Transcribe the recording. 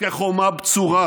כחומה בצורה,